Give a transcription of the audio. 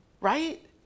right